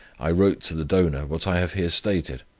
i wrote to the donor what i have here stated.